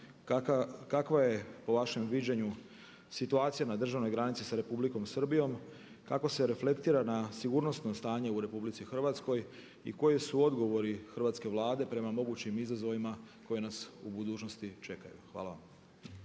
kakva je po vašem viđenju situacija na državnoj granici sa Republikom Srbijom, kako se reflektira na sigurnosno stanje u RH i koji su odgovori hrvatske Vlade prema mogućim izazovima koje nas u budućnosti čekaju? Hvala vam.